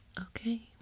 Okay